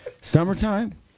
Summertime